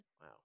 Wow